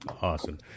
Awesome